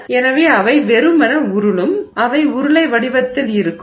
எனவே அவை வெறுமனே உருளும் அவை உருளை வடிவத்தில் இருக்கும்